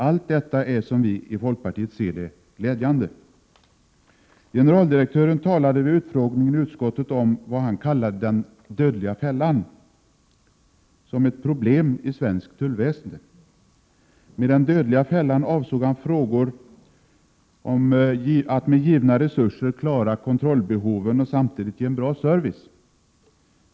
Allt detta är, som vi i folkpartiet ser det, glädjande. Generaldirektören talade vid utfrågningen i utskottet om vad han kallade den ”dödliga fällan” som ett problem i svenskt tullväsende. Med den dödliga fällan avsåg han frågan att med givna resurser klara kontrollbehoven och samtidigt ge en bra service.